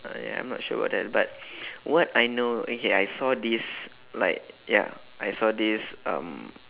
uh ya I'm not sure about that but what I know okay I saw this like ya I saw this um